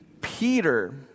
Peter